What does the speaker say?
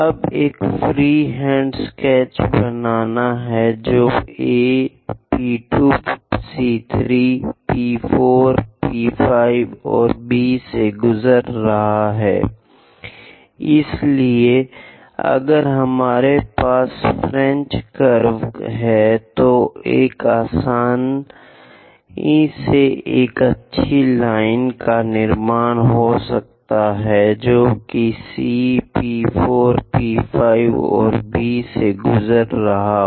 अब एक free hand sketch बनाना है जो A P2 C3 P4 P5 और B से गुजर रहा है इसलिए अगर हमारे पास फ्रेंच कर्व्स हैं तो एक आसानी से एक अच्छी लाइन का निर्माण हो सकता है जो कि C P4 P5 और B से गुजर रहा है